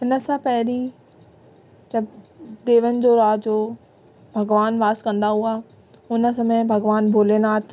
हिनसां पंहिरीं त देवनि जो राज हो भगवान वास कंदा हुआ हुन समय भगवानु भोलेनाथ